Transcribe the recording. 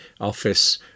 office